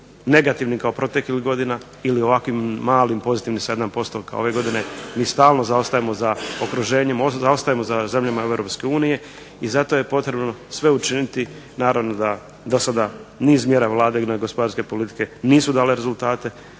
negativnim kao proteklih godina ili ovakvim malim pozitivnim sa 1% kao ove godine mi stalno zaostajemo za okruženjem, umjesto da zaostajemo Europske unije i zato je potrebno sve učiniti, naravno da do sada niz mjera Vladine gospodarske politike nisu dale rezultate